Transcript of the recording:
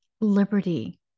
liberty